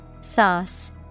Sauce